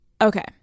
Okay